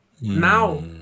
Now